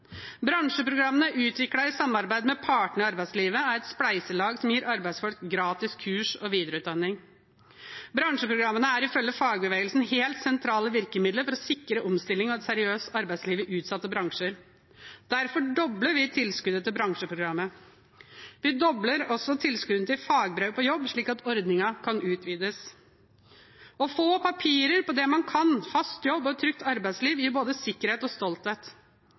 Bransjeprogrammene, utviklet i samarbeid med partene i arbeidslivet, er et spleiselag som gir arbeidsfolk gratis kurs og videreutdanning. Bransjeprogrammene er ifølge fagbevegelsen helt sentrale virkemidler for å sikre omstilling og et seriøst arbeidsliv i utsatte bransjer. Derfor dobler vi tilskuddet til bransjeprogrammene. Vi dobler også tilskuddet til Fagbrev på jobb, slik at ordningen kan utvides. Å få papirer på det man kan, fast jobb og et trygt arbeidsliv gir både sikkerhet og stolthet.